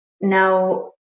Now